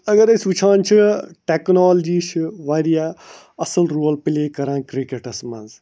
اَگر أسۍ وُچھان چھِ ٹیکنالجی چھِ واریاہ اَصٕل رول پٕلے کران کِرکَٹَس منٛز